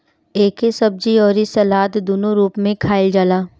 एके सब्जी अउरी सलाद दूनो रूप में खाईल जाला